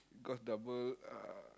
cost double uh